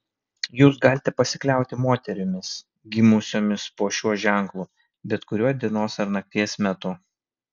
jūs galite pasikliauti moterimis gimusiomis po šiuo ženklu bet kuriuo dienos ar nakties metu